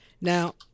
Now